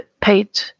paid